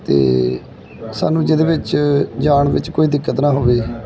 ਅਤੇ ਸਾਨੂੰ ਜਿਹਦੇ ਵਿੱਚ ਜਾਣ ਵਿੱਚ ਕੋਈ ਦਿੱਕਤ ਨਾ ਹੋਵੇ